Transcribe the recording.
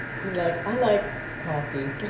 you're like, i like coffee.